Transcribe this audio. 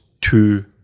two